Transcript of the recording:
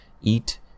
eat